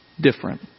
different